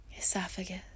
esophagus